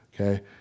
Okay